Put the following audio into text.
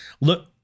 Look